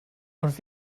und